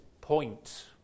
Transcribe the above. point